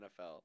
NFL